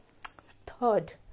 Third